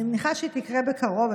אני מניחה שהיא תקרה בקרוב,